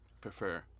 prefer